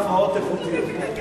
שנקרא, הפרעות איכותיות.